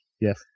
yes